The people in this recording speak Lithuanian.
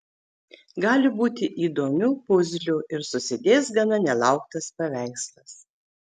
gali būti įdomių puzlių ir susidės gana nelauktas paveikslas